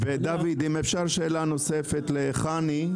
אם אפשר שאלה נוספת לחנ"י,